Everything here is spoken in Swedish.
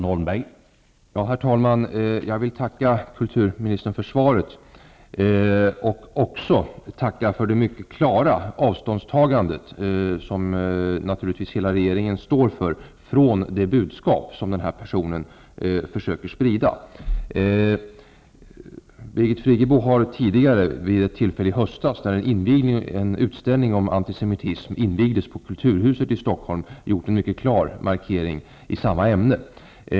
Herr talman! Jag vill tacka kulturministern för svaret. Jag vill också tacka för det mycket klara avståndstagandet, som naturligtvis hela regeringen står bakom, från det budskap som den här personen försöker sprida. Birgit Frig gebo har tidigare, vid ett tillfälle i höstas när en utställning om antisemitism invigdes på Kulturhuset i Stockholm, gjort en mycket klar markering i samma ämne.